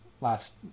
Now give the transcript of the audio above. Last